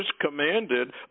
commanded